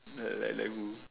like like like who